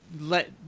let